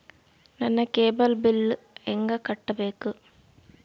ನನ್ನ cable bill ಹೆಂಗ ಕಟ್ಟಬೇಕು?